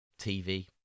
TV